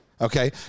Okay